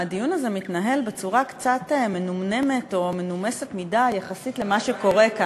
הדיון הזה מתנהל בצורה קצת מנומנמת או מנומסת מדי יחסית למה שקורה כאן.